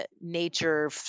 Nature